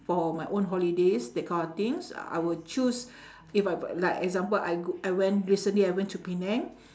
for my own holidays that kind of things I will choose if I v~ like example I go I went recently I went to penang